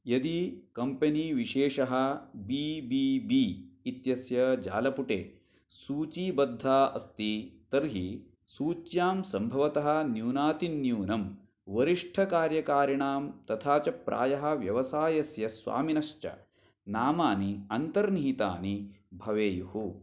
यदि कम्पनी विशेषः B B B इत्यस्य जालपुटे सूचीबद्धा अस्ति तर्हि सूच्यां सम्भवतः न्यूनातिन्यूनं वरिष्ठकार्यकारिणां तथा च प्रायः व्यवसायस्य स्वामिनश्च नामानि अन्तर्निहितानि भवेयुः